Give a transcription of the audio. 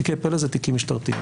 תיקי פל"א זה תיקים משטרתיים.